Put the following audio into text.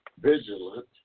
vigilant